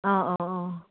ꯑꯥ ꯑꯥ ꯑꯥ